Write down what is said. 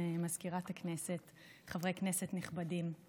מזכירת הכנסת, חברי כנסת נכבדים,